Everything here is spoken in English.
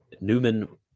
Newman